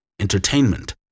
entertainment